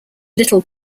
little